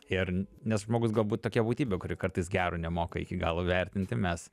ir nes žmogus galbūt tokia būtybė kuri kartais gero nemoka iki galo įvertinti mes